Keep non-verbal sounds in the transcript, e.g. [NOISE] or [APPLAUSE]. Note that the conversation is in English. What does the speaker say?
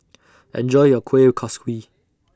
[NOISE] Enjoy your Kueh Kaswi